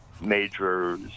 major